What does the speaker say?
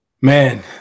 Man